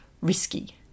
risky